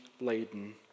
laden